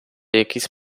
якісь